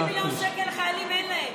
אבל 50 מיליון שקל לחיילים אין להם.